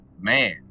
man